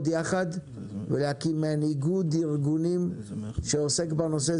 יחד ולהקים מעין איגוד ארגונים שעוסק בנושא,